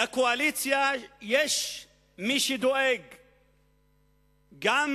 יש מי שדואג לקואליציה,